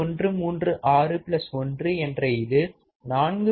1361 என்ற இது 4